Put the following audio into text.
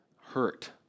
hurt